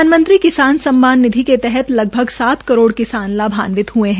प्रधानमंत्री किसान सम्मान निधि के तहत लगभग सात करोड़ किसान लाभान्वित हये है